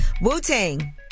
Wu-Tang